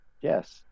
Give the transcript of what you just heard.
Yes